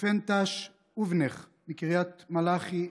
פנטנש אובנך מקריית מלאכי,